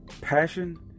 Passion